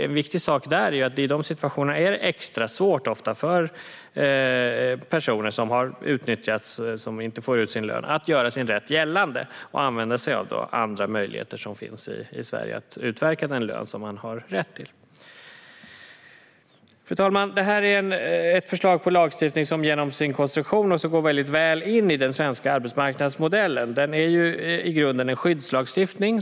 En viktig sak där är att det i de situationerna ofta är extra svårt för personer som har utnyttjats och inte får ut sin lön att göra sin rätt gällande och använda sig av andra möjligheter som finns i Sverige att utverka den lön man har rätt till. Fru talman! Det här är ett förslag till lagstiftning som genom sin konstruktion går väldigt väl in i den svenska arbetsmarknadsmodellen. Det är ju i grunden en skyddslagstiftning.